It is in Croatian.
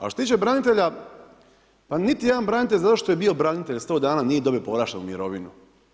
A što se tiče branitelja, pa niti jedan branitelj zato što je bio branitelj 100 dana nije dobio povlaštenu mirovinu.